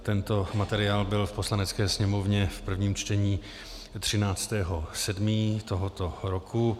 Tento materiál byl v Poslanecké sněmovně v prvním čtení 13. 7. tohoto roku.